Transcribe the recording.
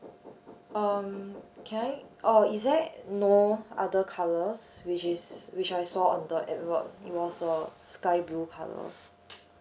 um can I oh is there no other colours which is which I saw the advert it was a sky blue colour